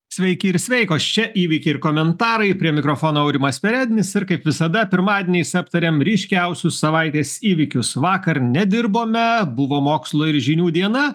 sveiki ir sveikos čia įvykiai ir komentarai prie mikrofono aurimas perednis ir kaip visada pirmadieniais aptariam ryškiausius savaitės įvykius vakar nedirbome buvo mokslo ir žinių diena